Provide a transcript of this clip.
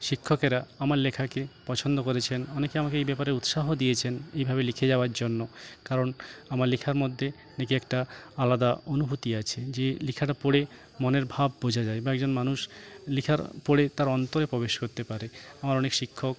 শিক্ষকেরা আমার লেখাকে পছন্দ করেছেন অনেকে আমাকে এই ব্যাপারে উৎসাহ দিয়েছেন এইভাবে লিখে যাওয়ার জন্য কারণ আমার লেখার মধ্যে না কি একটা আলাদা অনুভূতি আছে যে লেখাটা পড়ে মনের ভাব বোঝা যায় বা একজন মানুষ লেখার পড়ে তার অন্তরে প্রবেশ করতে পারে আমার অনেক শিক্ষক